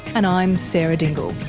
and i'm sarah dingle